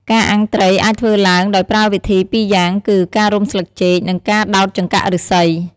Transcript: ការអាំងត្រីអាចធ្វើឡើងដោយប្រើវិធីពីរយ៉ាងគឺ ការរុំស្លឹកចេក និងការដោតចង្កាក់ឫស្សី។